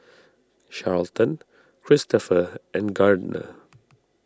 Charlton Christopher and Gardner